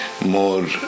more